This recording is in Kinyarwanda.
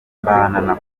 papa